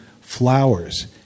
flowers